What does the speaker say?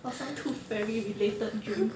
for some tooth fairy related dream